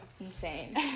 Insane